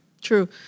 True